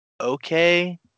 okay